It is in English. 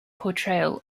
portrayal